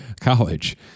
college